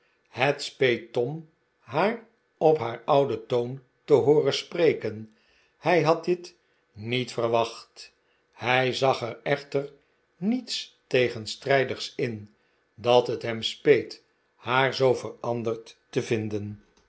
het speet tom haar op haar ouden toon te hooren spreken hij had dit niet verwacht hij zag er echter niets tegenstrijdigs in dat het hem speet haar zoo veranderd te vinden